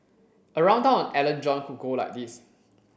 a rundown on Alan John could go like this